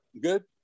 Good